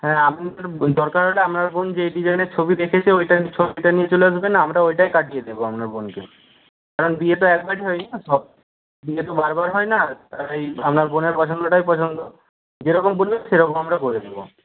হ্যাঁ আপনার বোন দরকার হলে আপনার বোন যেই ডিজাইনের ছবি দেখেছে ওই ছবিটা নিয়ে চলে আসবেন আমরা ওইটাই কাটিয়ে দেবো আপনার বোনকে কারণ বিয়ে তো একবারই হয় না সব বিয়ে তো বারবার হয় না তাই আপনার বোনের পছন্দটাই পছন্দ যেরকম বলবেন সেরকম আমরা করে দেবো